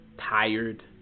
tired